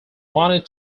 wanted